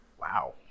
Wow